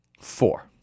four